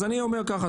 אז אני אומר כך,